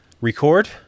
record